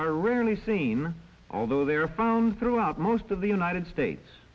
are rarely seen although there from throughout most of the united states